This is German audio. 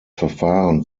verfahren